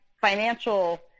financial